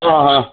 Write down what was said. ओ हा